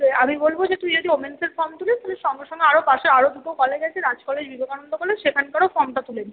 যে আমি বলবো যে তুই যদি ওমেন্সের ফর্ম তুলিস তাহলে সঙ্গে সঙ্গে আরও পাশে আরও দুটো কলেজ আছে রাজ কলেজ বিবেকানন্দ কলেজ সেখানকারও ফর্মটা তুলে নিস